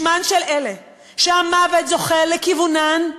בשמן של אלה שהמוות זוחל בכיוונן,